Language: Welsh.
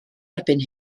erbyn